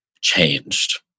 changed